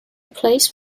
place